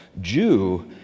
Jew